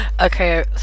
okay